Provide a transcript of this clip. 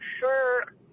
sure